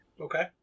Okay